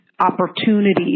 opportunities